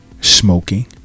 Smoking